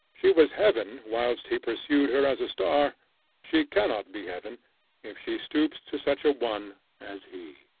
she was heaven whilst he pursued her as a star she cannot be heaven if she stoops to such a one as he.